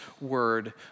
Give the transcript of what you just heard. word